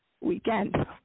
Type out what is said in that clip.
weekend